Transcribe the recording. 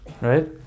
right